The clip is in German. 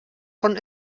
von